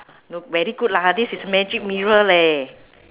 no very good lah this is magic mirror leh